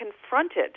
confronted